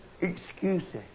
excuses